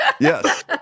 Yes